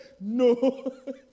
no